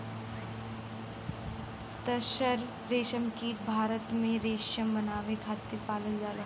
तसर रेशमकीट भारत में रेशम बनावे खातिर पालल जाला